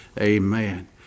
Amen